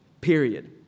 Period